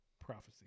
prophecy